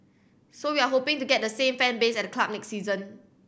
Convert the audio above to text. so we're hoping to get the same fan base at the club next season